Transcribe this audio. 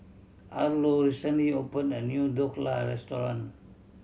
Arlo recently opened a new Dhokla Restaurant